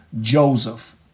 Joseph